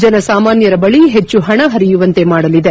ಜನ ಸಾಮಾನ್ವರ ಬಳಿ ಹೆಚ್ಚು ಪಣ ಪರಿಯುವಂತೆ ಮಾಡಲಿದೆ